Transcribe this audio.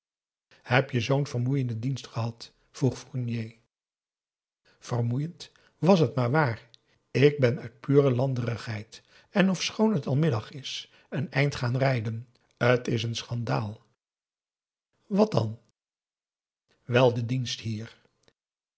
heb je zoo'n vermoeienden dienst gehad vroeg fournier vermoeiend was het maar waar ik ben uit pure landerigheid en ofschoon het al middag is een eind gaan rijden het is n schandaal wat dan wel de dienst hier